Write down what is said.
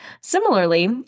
Similarly